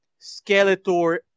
Skeletor